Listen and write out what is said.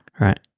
right